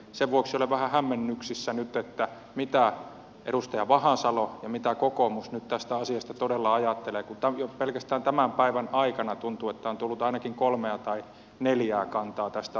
sen vuoksi olen vähän hämmennyksissä nyt siitä mitä edustaja vahasalo ja mitä kokoomus nyt tästä asiasta todella ajattelevat kun tuntuu että jo pelkästään tämän päivän aikana on tullut ainakin kolmea tai neljää kantaa tästä asiasta